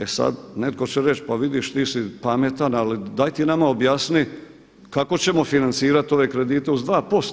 E sad, netko će reći pa vidiš ti si pametan, ali daj ti nama objasni kako ćemo financirati ove kredite uz 2%